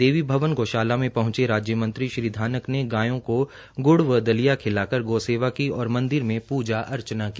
देवी भवन गौषाला में पहुंचे राज्य मंत्री धानक ने गायों को गुड़ व दलिया खिलाकर गौसेवा की और मंदिर में पूजा अर्चना की